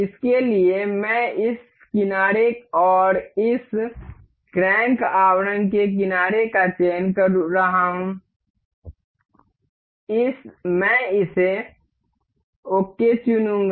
इसके लिए मैं इस किनारे और इस क्रैंक आवरण के किनारे का चयन कर रहा हूं मैं इसे ओके चुनूंगा